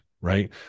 right